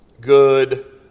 good